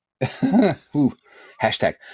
hashtag